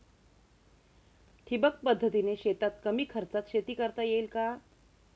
ठिबक पद्धतीने शेतात कमी खर्चात शेती करता येईल का?